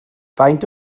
faint